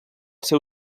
seu